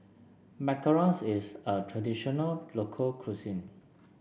Macarons is a traditional local cuisine